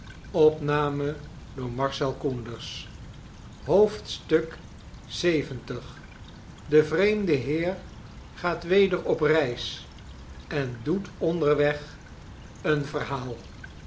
lxx de vreemde heer gaat weder op reis en doet onderweg een verhaal